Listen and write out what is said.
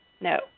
No